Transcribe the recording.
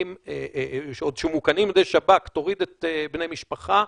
שמאוכנים בידי שב"כ, תוריד בני משפחה,